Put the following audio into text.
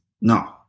No